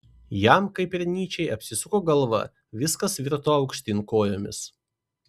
jam kaip ir nyčei apsisuko galva viskas virto aukštyn kojomis